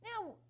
Now